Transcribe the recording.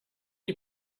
die